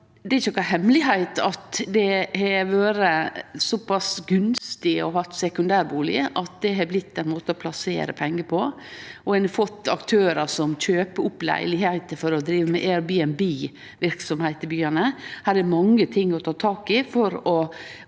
Det er ikkje nokon hemmelegheit at det har vore såpass gunstig å ha sekundærbustad at det har blitt ein måte å plassere pengar på, og ein har fått aktørar som kjøper opp leilegheiter for å drive med Airbnb-verksemd i byane. Det er mykje å ta tak i for å